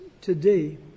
today